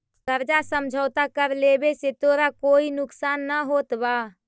कर्जा समझौता कर लेवे से तोरा कोई नुकसान न होतवऽ